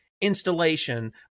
installation